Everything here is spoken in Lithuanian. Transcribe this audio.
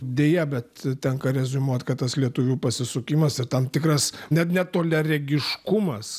deja bet tenka reziumuot kad tas lietuvių pasisukimas ir tam tikras net netoliaregiškumas